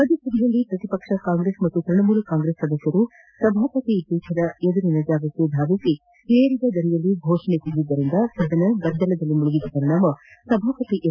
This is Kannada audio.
ರಾಜ್ಯಸಭೆಯಲ್ಲಿ ಪ್ರತಿಪಕ್ಷ ಕಾಂಗ್ಲೆಸ್ ಮತ್ತು ತ್ವಣಮೂಲ ಕಾಂಗ್ಲೆಸ್ ಸದಸ್ನರು ಸಭಾಪತಿ ಪೀಠದ ಮುಂದಿನ ಜಾಗಕ್ಷೆ ಧಾವಿಸಿ ಏರಿದ ಧ್ವನಿಯಲ್ಲಿ ಫೋಷಣೆ ಕೂಗಿದ್ದರಿಂದ ಸದನ ಗದ್ದಲದಲ್ಲಿ ಮುಳುಗಿದ ಪರಿಣಾಮ ಸಭಾಪತಿ ಎಂ